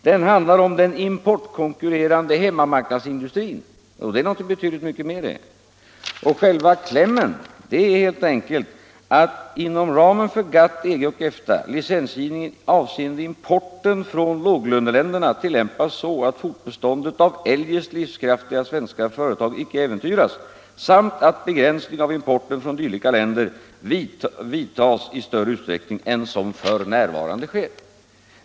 Den handlar om den importkonkurrerande hemmamarknadsindustrin, och det är betydligt mer. I själva klämmen sägs det att riksdagen hos regeringen bör begära att ”inom ramen för GATT, EG och EFTA licensgivningen avseende importen från låglöneländerna tillämpas så att fortbeståndet av eljest livskraftiga svenska företag icke äventyras samt att begränsning av importen från dylika länder vidtas i större utsträckning än som f.n. sker”.